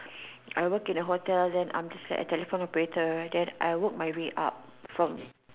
I work in a hotel then I am just like a telecomm operator then I work my way up from